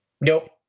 Nope